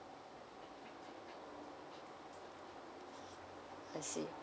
I see